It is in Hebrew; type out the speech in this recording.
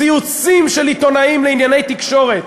ציוצים של עיתונאים לענייני תקשורת,